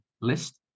list